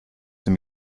dem